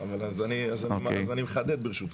אני מחדד, ברשותך.